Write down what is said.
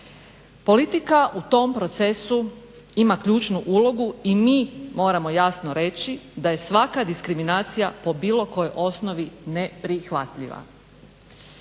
Politika u tom procesu ima ključnu ulogu i mi moramo jano reći da je svaka diskriminacija po bilo kojoj osnovi neprihvatljiva.